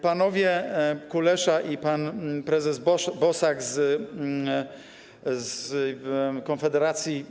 Panowie Kulesza i pan prezes Bosak z Konfederacji.